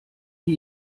wie